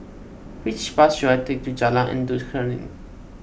which bus should I take to Jalan Endut Senin